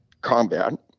combat